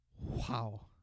Wow